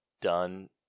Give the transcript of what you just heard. done